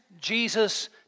Jesus